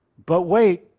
but wait!